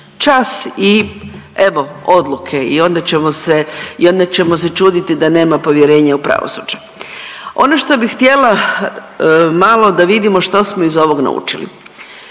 čas i evo odluke i onda ćemo se čuditi da nema povjerenja u pravosuđe. Ono što bih htjela malo da vidimo što smo iz ovoga naučili.